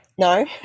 no